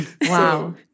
Wow